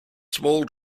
small